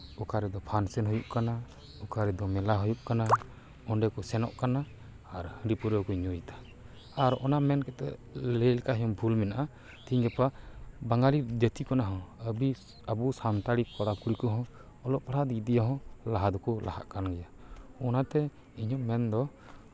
ᱚᱠᱟ ᱨᱮᱫᱚ ᱯᱷᱟᱱᱥᱮᱱ ᱦᱩᱭᱩᱜ ᱠᱟᱱᱟ ᱚᱠᱟᱨᱮᱫᱚ ᱢᱮᱞᱟ ᱦᱩᱭᱩᱜ ᱠᱟᱱᱟ ᱚᱸᱰᱮ ᱠᱚ ᱥᱮᱱᱚᱜ ᱠᱟᱱᱟ ᱟᱨ ᱦᱟᱺᱰᱤ ᱯᱟᱹᱣᱨᱟᱹ ᱠᱚᱠᱚ ᱧᱩᱭᱮᱫᱟ ᱟᱨ ᱚᱱᱟ ᱢᱮᱱ ᱠᱟᱛᱮᱫ ᱞᱟᱹᱭ ᱞᱮᱠᱷᱟᱱ ᱦᱚᱸ ᱵᱷᱩᱞ ᱢᱮᱱᱟᱜᱼᱟ ᱛᱤᱦᱤᱧ ᱜᱟᱯᱟ ᱵᱟᱸᱜᱟᱞᱤ ᱡᱟᱹᱛᱤ ᱠᱷᱚᱱ ᱦᱚᱸ ᱟᱵᱤᱥ ᱟᱵᱚ ᱥᱟᱱᱛᱟᱲᱤ ᱠᱚᱲᱟ ᱠᱩᱲᱤ ᱠᱚᱦᱚᱸ ᱚᱞᱚᱜ ᱯᱟᱲᱦᱟᱜ ᱫᱤᱠ ᱫᱤᱭᱮ ᱦᱚᱸ ᱞᱟᱦᱟ ᱫᱚᱠᱚ ᱞᱟᱦᱟᱜ ᱠᱟᱱ ᱜᱮᱭᱟ ᱚᱱᱟᱛᱮ ᱤᱧᱟᱹᱜ ᱢᱮᱱ ᱫᱚ